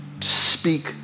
speak